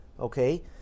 okay